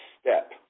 step